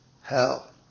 hell